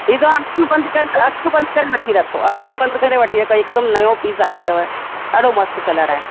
हीअ तव्हां अखियूं बंदि करे अखियूं बंदि करे रखी रखो अखियूं बंदि करे वठी रखो हिकदमु नयो पीस आहियो अथव ॾाढो मस्त कलर आहे